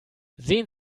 sehen